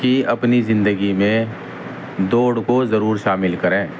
کہ اپنی زندگی میں دوڑ کو ضرور شامل کریں